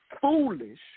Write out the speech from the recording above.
foolish